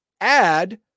Add